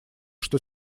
что